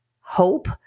hope